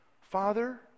Father